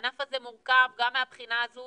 הענף הזה מורכב גם מהבחינה הזו